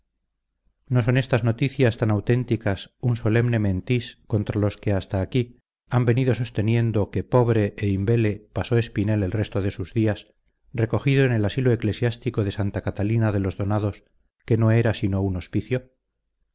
no son estas noticias tan auténticas un solemne mentís contra los que hasta aquí han venido sosteniendo que pobre e imbele pasó espinel el resto de sus días recogido en el asilo eclesiástico de santa catalina de los donados que no era sino un hospicio